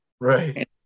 right